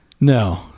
No